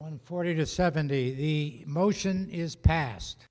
one forty to seventy the motion is pas